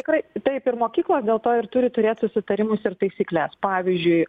tikrai taip ir mokyklos dėl to ir turi turėt susitarimus ir taisykles pavyzdžiui